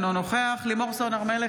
אינו נוכח לימור סון הר מלך,